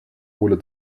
ole